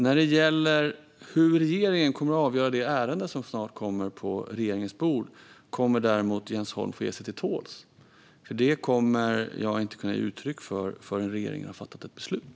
När det gäller hur regeringen kommer att avgöra det ärende som snart kommer på regeringens bord får Jens Holm dock ge sig till tåls. Det kommer jag inte att kunna ge uttryck för förrän regeringen har fattat ett beslut.